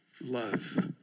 love